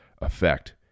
effect